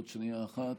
עוד שנייה אחת,